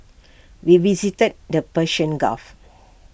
we visited the Persian gulf